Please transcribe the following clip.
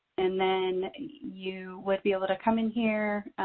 and then you would be able to come in here.